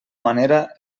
manera